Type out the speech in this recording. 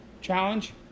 challenge